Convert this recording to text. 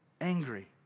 Angry